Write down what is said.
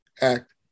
act